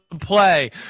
play